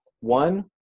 one